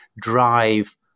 drive